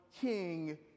King